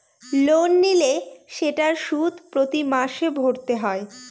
loan নিলে সেটার সুদ প্রতি মাসে ভরতে হয়